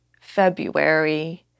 February